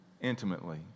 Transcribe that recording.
intimately